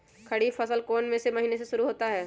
खरीफ फसल कौन में से महीने से शुरू होता है?